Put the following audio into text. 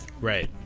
Right